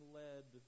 led